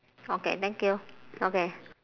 okay thank you okay